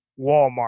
Walmart